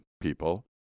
people